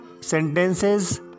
sentences